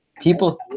People